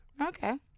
Okay